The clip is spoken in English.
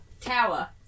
tower